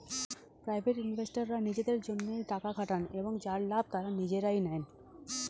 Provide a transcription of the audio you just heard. private ইনভেস্টররা নিজেদের জন্যে টাকা খাটান এবং যার লাভ তারা নিজেরাই নেন